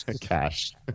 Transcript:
cash